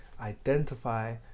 identify